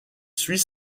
suit